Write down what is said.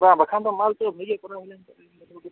ᱵᱟᱝ ᱵᱟᱠᱷᱟᱱ ᱫᱚ ᱢᱟᱞ ᱛᱚ